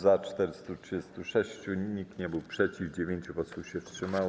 Za - 436, nikt nie był przeciw, 9 posłów się wstrzymało.